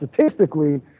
statistically